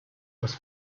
was